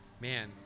man